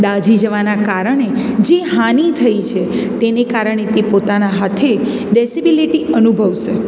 દાજી જવાના કારણે જે હાનિ થઈ છે તેને કારણે તે પોતાના હાથે ડેસિબિલિટી અનુભવશે